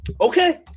okay